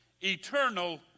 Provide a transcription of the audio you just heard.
eternal